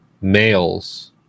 males